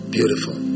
Beautiful